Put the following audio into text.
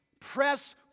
Press